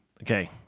Okay